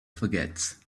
forgets